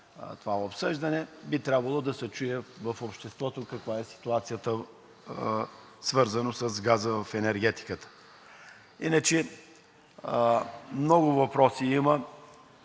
това обсъждане, би трябвало да се чуе в обществото каква е ситуацията, свързана с газа в енергетиката. Иначе много въпроси има,